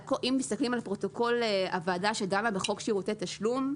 אם מסתכלים על פרוטוקול הוועדה שדנה בחוק שירותי תשלום,